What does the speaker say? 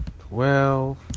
twelve